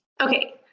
Okay